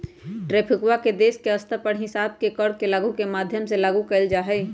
ट्रैफिकवा के देश के स्तर के हिसाब से कर के माध्यम से लागू कइल जाहई